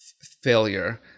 Failure